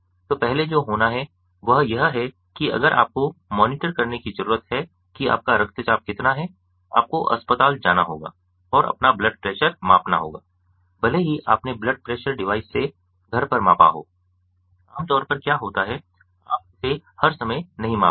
तो पहले जो होना है वह यह है कि अगर आपको मॉनिटर करने की जरूरत है कि आपका रक्तचाप कितना है आपको अस्पताल जाना होगा और अपना ब्लड प्रेशर मापना होगा भले ही आपने ब्लड प्रेशर डिवाइस से घर पर मापा हो आमतौर पर क्या होता है आप इसे हर समय नहीं मापते हैं